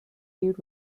viewed